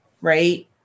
right